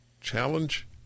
challenge